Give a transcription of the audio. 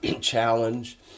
challenge